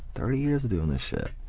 thirty years of doing this shit.